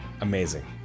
amazing